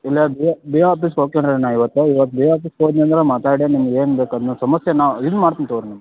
ಇಲ್ಲ B office ಹೋಕಿನ್ರಣ್ಣಾ ಇವತ್ತು ಇವತ್ತು ಬಿ ಆಫೀಸ್ ಹೋದ ನಂತರ ಮಾತಾಡಿ ನಿಮ್ಗ ಏನು ಬೇಕು ಅದನ್ನ ಸಮಸ್ಯೆನ ಇದು ಮಾಡ್ತೀನಿ ತಗೊರಿ